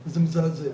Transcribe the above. זה מזעזע,